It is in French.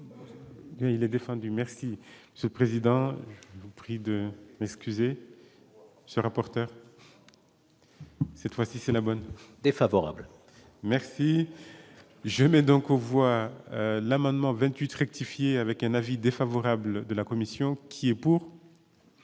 Il est défendu merci ce président prie de l'excuser ce rapporteur cette fois-ci c'est la bonne défavorable merci n'ai donc on voit l'amendement 28 rectifier avec un avis défavorable de la commission qui est pour.